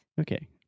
Okay